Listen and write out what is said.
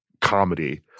comedy